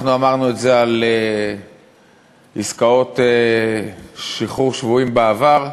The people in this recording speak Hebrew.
אנחנו אמרנו את זה על עסקאות שחרור שבויים בעבר,